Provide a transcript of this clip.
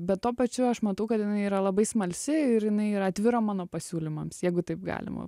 bet tuo pačiu aš matau kad jinai yra labai smalsi ir jinai yra atvira mano pasiūlymams jeigu taip galima